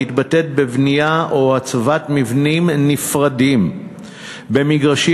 המתבטאת בבנייה או בהצבת מבנים נפרדים במגרשים